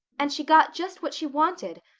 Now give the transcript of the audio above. and she got just what she wanted,